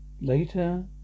Later